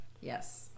Yes